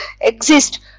exist